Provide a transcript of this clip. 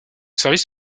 service